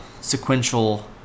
sequential